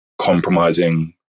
compromising